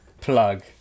Plug